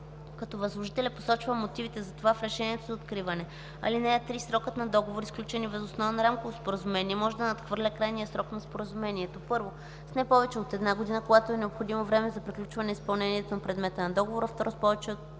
като възложителят посочва мотивите за това в решението за откриване. (3) Срокът на договори, сключени въз основа на рамково споразумение, може да надхвърля крайния срок на споразумението: 1. с не повече от една година - когато е необходимо време за приключване изпълнението на предмета на договора; 2. с повече от